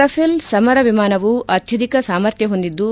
Rafale ಸಮರ ವಿಮಾನವು ಅತ್ಯಧಿಕ ಸಾಮರ್ಥ್ಯ ಹೊಂದಿದ್ದು